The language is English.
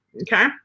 Okay